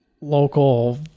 local